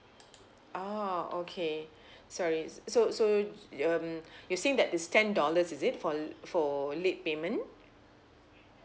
oh okay sorry so so so um you're saying that it's ten dollars is it for for late payment